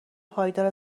پایدار